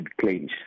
claims